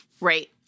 Right